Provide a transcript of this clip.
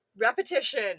repetition